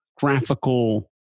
graphical